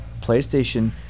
playstation